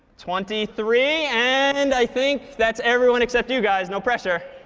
twenty three. and i think that's everyone except you guys, no pressure.